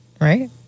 right